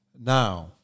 now